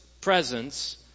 presence